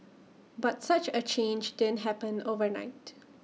but such A change didn't happen overnight